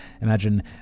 imagine